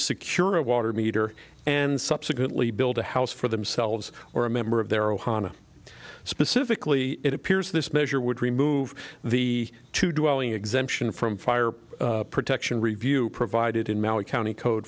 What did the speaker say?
secure a water meter and subsequently build a house for themselves or a member of their ohana specifically it appears this measure would remove the to do only exemption from fire protection review provided in maui county code